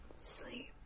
sleep